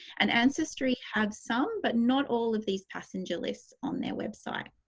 and ancestry have some, but not all, of these passenger lists on their website.